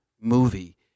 movie